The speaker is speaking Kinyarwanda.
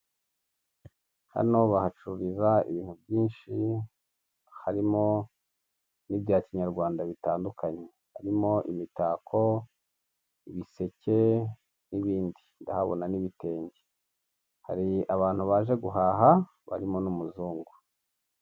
Hano bahacururiza ibintu byinshi, harimo n'ibya kinyarwanda bitandukanye, harimo imitako, ibiseke n'ibindi ndahabona n'ibitenge, hari abantu baje guhaha barimo n'umuzungu.